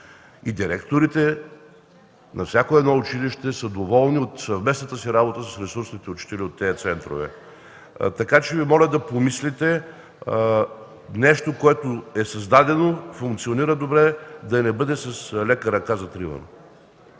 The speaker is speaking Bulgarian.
и директорите на всяко едно училище са доволни от съвместната работа с ресурсните учители от тези центрове. Така че Ви моля да помислите – нещо, което е създадено, функционира добре, да не бъде закривано